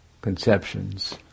conceptions